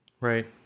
Right